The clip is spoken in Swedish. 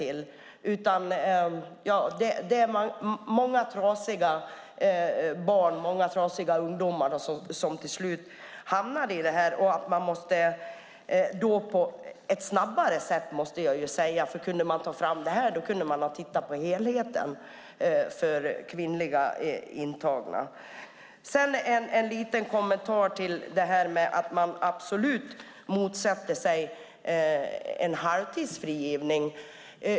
Det finns många trasiga barn och ungdomar som till slut hamnar i detta. Därför måste man agera på ett snabbare sätt. Och eftersom man kunde ta fram den rapporten kunde man även ha tittat på helheten för kvinnliga intagna. Låt mig ge en liten kommentar till att man absolut motsätter sig halvtidsfrigivning.